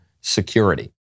security